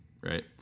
right